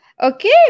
Okay